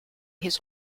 his